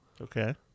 Okay